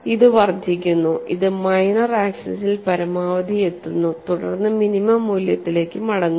ഇത് വർദ്ധിക്കുന്നു ഇത് മൈനർ ആക്സിസിൽ പരമാവധി എത്തുന്നു തുടർന്ന് മിനിമം മൂല്യത്തിലേക്ക് മടങ്ങുന്നു